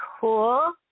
cool